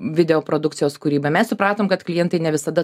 video produkcijos kūryba mes supratom kad klientai ne visada